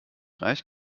reicht